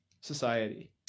society